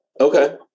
Okay